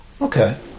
Okay